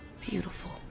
Beautiful